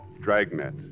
Dragnet